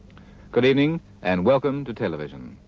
good evening and welcome to television.